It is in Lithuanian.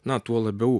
na tuo labiau